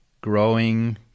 growing